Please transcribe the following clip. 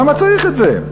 למה צריך את זה?